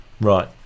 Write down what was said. Right